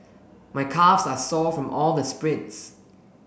my calves are sore from all the sprints